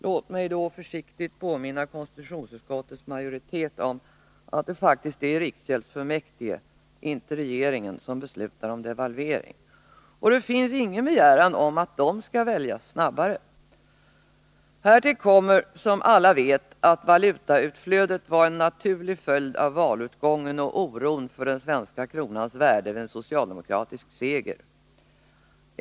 Låt mig då försiktigt påminna konstitutions utskottets majoritet om att det faktiskt är riksbanksfullmäktige — inte Nr 154 regeringen — som beslutar om devalvering, och det finns ingen begäran om att Onsdagen den de skall väljas snabbare. Härtill kommer, som alla vet, att valutautflödet var 25 maj 1983 en naturlig följd av valutgången och oron för den svenska kronans värde vid en socialdemokratisk seger.